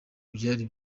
byari